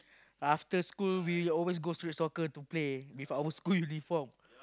after school we always go street soccer to play with our school uniform